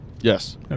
Yes